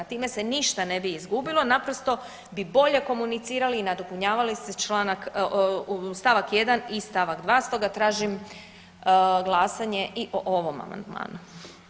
Time se ništa ne bi izgubilo, naprosto bi bolje komunicirali i nadopunjavali stavak 1. i stavak 2. stoga tražim glasanje i o ovom amandmanu.